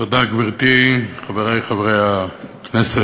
תודה, גברתי, חברי חברי הכנסת,